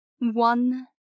one